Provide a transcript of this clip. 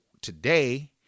today